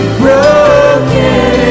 broken